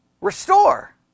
restore